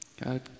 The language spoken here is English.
God